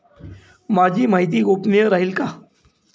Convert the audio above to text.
माझी माहिती गोपनीय राहील का?